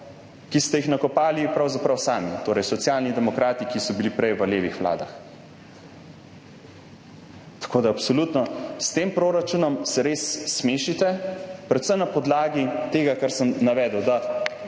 ki ste si jih nakopali pravzaprav sami, torej Socialni demokrati, ki so bili prej v levih vladah. Absolutno se s tem proračunom res smešite, predvsem na podlagi tega, kar sem navedel – da